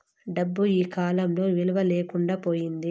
డబ్బు ఈకాలంలో విలువ లేకుండా పోయింది